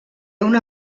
una